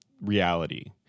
Reality